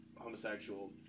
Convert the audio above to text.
homosexual